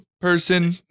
person